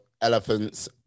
elephants